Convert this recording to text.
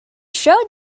show